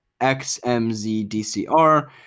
xmzdcr